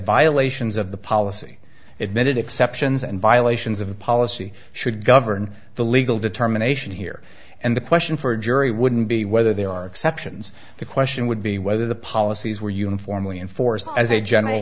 violations of the policy it made exceptions and violations of a policy should govern the legal determination here and the question for a jury wouldn't be whether there are exceptions the question would be whether the policies were uniformly enforced as a general